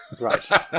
Right